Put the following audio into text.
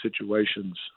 situations